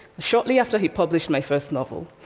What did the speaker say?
shortly after he published my first novel,